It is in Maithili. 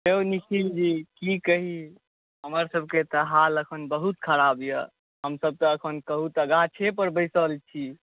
यौ निखिल जी की कही हमरसभके तऽ हाल एखन बहुत खराब यए हमसभ तऽ एखन कहू तऽ गाछेपर बैसल छी